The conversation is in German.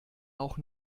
auch